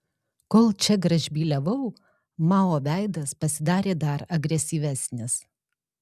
kol čia gražbyliavau mao veidas pasidarė dar agresyvesnis